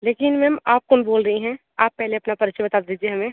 लेकिन मैम आप कौन बोल रही हैं आप पहले अपना परिचय बता दीजिए हमें